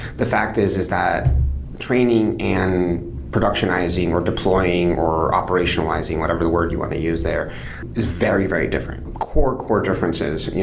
the fact is is that training and productionizing, or deploying, or operationalizing whatever the word you want to use there is very, very different. core, core differences.